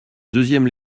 deuxième